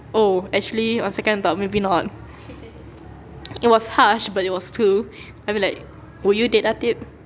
oh actually on second thought maybe not it was harsh but it was true I mean like would you date ateeb